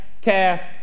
cast